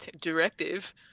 directive